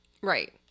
Right